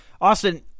Austin